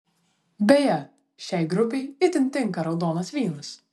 beje šiai grupei itin tinka raudonas vynas